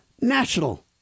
national